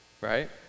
right